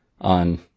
on